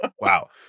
Wow